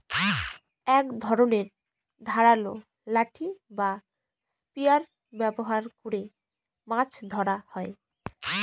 এক ধরনের ধারালো লাঠি বা স্পিয়ার ব্যবহার করে মাছ ধরা হয়